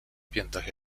piętach